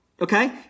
okay